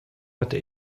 hatte